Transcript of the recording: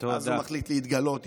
הוא מחליט להתגלות.